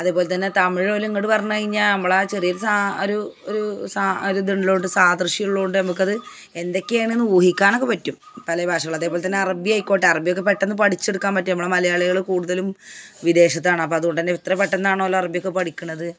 അതേ പോൽ തന്നെ തമിഴ് ഓല് ഇങ്ങോട്ട് പറഞ്ഞ് കഴിഞ്ഞാൽ നമ്മളെ ചെറിയ ഒരു ഇത് ഉള്ളത് കൊണ്ട് സാദൃശ്യം ഉള്ളത് കൊണ്ട് അത് എന്തൊക്കെയാണ് ഊഹിക്കാനൊക്കെ പറ്റും പല ഭാഷകൾ അതേ പോലെ തന്നെ അറബി ആയിക്കോട്ടെ അറബി ഒക്കെ പെട്ടെന്ന് പഠിച്ചെടുക്കാൻ പറ്റും മലയാളികൾ കൂടുതലും വിദേശത്താണ് അതുകൊണ്ട് തന്നേ എത്ര പെട്ടന്നാണ് ഒല് അറബി ഒക്കെ പഠിക്കുന്നത്